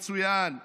מצוין,